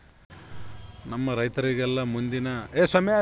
ನಮ್ಮ ರೈತರಿಗೆಲ್ಲಾ ಮುಂದಿನ ದಿನದ ಹವಾಮಾನ ತಿಳಿಯಾಕ ಯಾವ ಉಪಕರಣಗಳು ಇದಾವ?